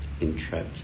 entrapped